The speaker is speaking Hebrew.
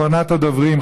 אחרונת הדוברים,